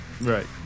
Right